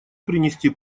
принести